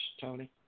Tony